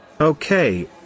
okay